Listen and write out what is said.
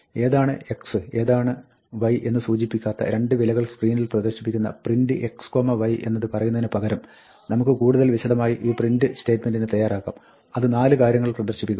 ഏതാണ് x ഏതാണ് y എന്ന് സൂചിപ്പിക്കാത്ത 2 വിലകൾ സ്ക്രീനിൽ പ്രദർശിപ്പിക്കുന്ന printx y എന്ന് പറയുന്നതിന് പകരം നമുക്ക് കൂടുതൽ വിശദമായി ഈ പ്രിന്റ് സ്റ്റേറ്റ്മെന്റിനെ തയ്യാറാക്കാം അത് 4 കാര്യങ്ങൾ പ്രദർശിപ്പിക്കുന്നു